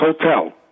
Hotel